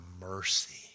mercy